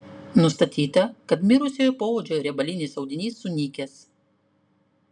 nustatyta kad mirusiojo poodžio riebalinis audinys sunykęs